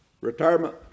retirement